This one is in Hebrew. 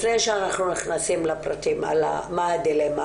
לפני שאנחנו נכנסים לפרטים על מה הדילמה,